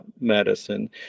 medicine